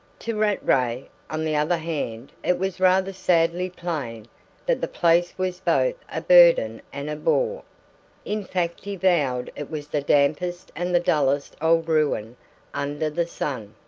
to rattray, on the other hand, it was rather sadly plain that the place was both a burden and a bore in fact he vowed it was the dampest and the dullest old ruin under the sun,